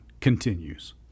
continues